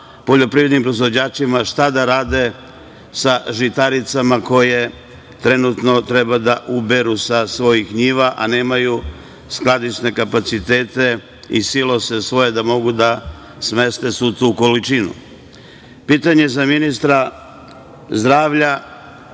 pošto je žetva počela šta da rade sa žitaricama koje trenutno treba da uberu sa svojih njiva, a nemaju skladišne kapacitete i svoje silose da mogu da smeste svu to količinu? Pitanje za ministra zdravlja.